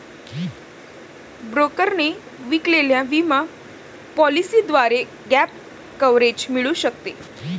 ब्रोकरने विकलेल्या विमा पॉलिसीद्वारे गॅप कव्हरेज मिळू शकते